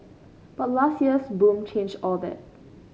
but last year's boom changed all that